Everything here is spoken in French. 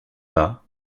pas